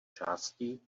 části